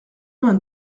vingt